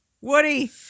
Woody